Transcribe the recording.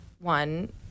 one